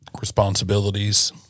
responsibilities